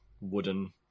wooden